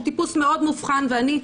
הוא טיפוס מאוד מובחן ואני,